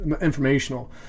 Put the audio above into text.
informational